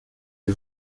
est